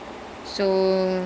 ah okay